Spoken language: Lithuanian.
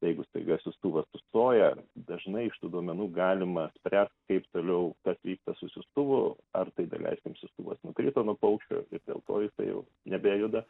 jeigu staiga siųstuvas sustoja dažnai iš tų duomenų galima spręst kaip toliau kas vyksta su siųstuvu ar tai daleiskim siųstuvas nukrito nuo paukščio ir dėl to jisai jau nebejuda